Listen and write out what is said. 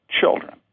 children